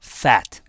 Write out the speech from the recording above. fat